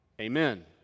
Amen